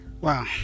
Wow